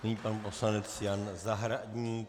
Nyní pan poslanec Jan Zahradník.